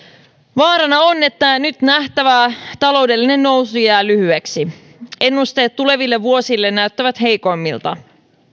vaarana on että nyt nähtävä taloudellinen nousu jää lyhyeksi ennusteet tuleville vuosille näyttävät heikommilta